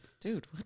Dude